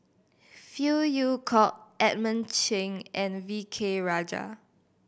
Phey Yew Kok Edmund Cheng and V K Rajah